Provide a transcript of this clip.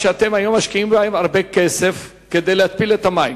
שאתם היום משקיעים בהם הרבה כסף כדי להתפיל מים.